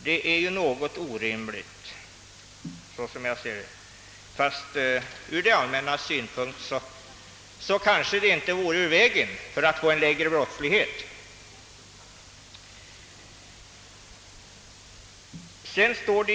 Det är orimligt, ehuru det ur det allmännas synpunkt kanske inte vore så dumt; det kunde tänkas medföra att brottsligheten minskade.